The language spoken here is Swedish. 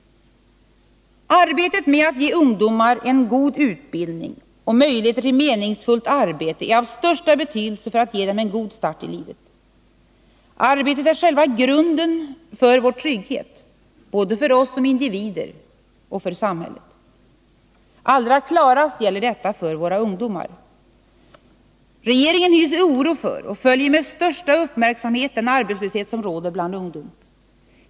Arbetet med att ge ungdomar en god utbildning och möjligheter till meningsfullt arbete är av största betydelse för att ge dem en god start i livet. Arbetet är själva grunden för vår trygghet, både för oss som individer och för samhället. Allra klarast gäller detta för våra ungdomar. Regeringen hyser oro för och följer med största uppmärksamhet den arbetslöshet som råder bland ungdom.